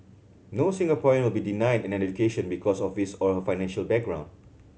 no Singaporean will be denied an education because of his or her financial background